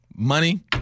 Money